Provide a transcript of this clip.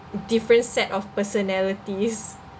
different set of personalities